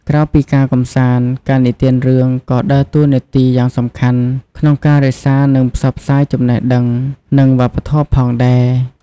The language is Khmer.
ក្រៅពីការកម្សាន្ត ការនិទានរឿងក៏ដើរតួនាទីយ៉ាងសំខាន់ក្នុងការ រក្សា និងផ្សព្វផ្សាយចំណេះដឹង និងវប្បធម៌ផងដែរ។